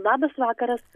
labas vakaras